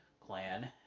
Clan